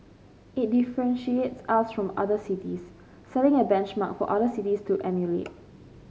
it differentiates us from other cities setting a benchmark for other cities to emulate